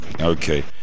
okay